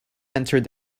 entered